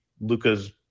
Luca's